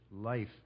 life